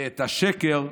ואת השקר,